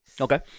Okay